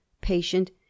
patient